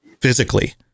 physically